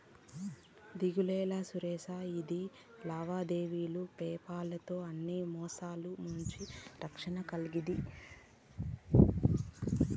దిగులేలా సురేషా, ఇది లావాదేవీలు పేపాల్ తో అన్ని మోసాల నుంచి రక్షణ కల్గతాది